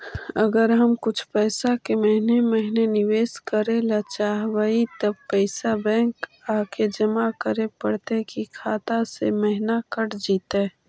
अगर हम कुछ पैसा के महिने महिने निबेस करे ल चाहबइ तब पैसा बैक आके जमा करे पड़तै कि खाता से महिना कट जितै?